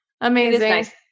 amazing